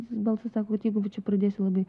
balsas sako kad jeigu čia pradėsiu labai